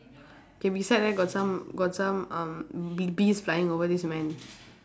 K beside there got some got some um be~ bees lying over this man